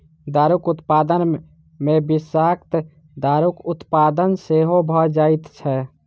दारूक उत्पादन मे विषाक्त दारूक उत्पादन सेहो भ जाइत छै